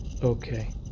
Okay